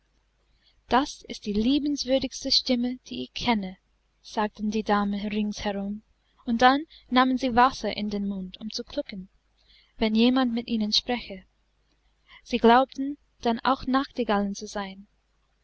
das ist die liebenswürdigste stimme die ich kenne sagten die damen ringsherum und dann nahmen sie wasser in den mund um zu klucken wenn jemand mit ihnen spräche sie glaubten dann auch nachtigallen zu sein